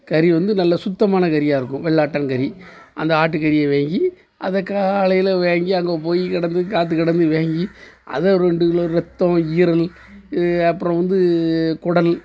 கறி வந்து நல்ல சுத்தமான கறியாக இருக்கும் வெள்ளாட்டங்கறி அந்த ஆட்டுக்கறியை வாங்கி அதை காலையில் வாங்கி அங்கே போய் கடந்து காற்று கடந்து வாங்கி அதை ரெண்டு கிலோ ரத்தம் ஈரல் அப்புறம் வந்து குடல்